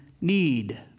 need